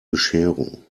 bescherung